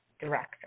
director